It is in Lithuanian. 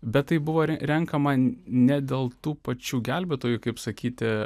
bet tai buvo renkama ne dėl tų pačių gelbėtojų kaip sakyti